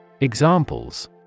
Examples